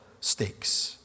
stakes